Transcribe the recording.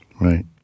Right